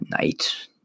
night